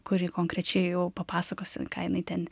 kuri konkrečiai jau papasakos ką jinai ten